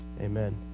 amen